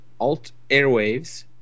altairwaves